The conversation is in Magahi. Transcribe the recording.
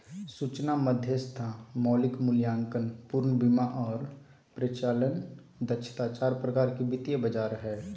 सूचना मध्यस्थता, मौलिक मूल्यांकन, पूर्ण बीमा आर परिचालन दक्षता चार प्रकार के वित्तीय बाजार हय